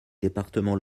départements